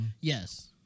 Yes